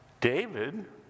David